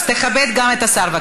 אז תכבד גם את השר.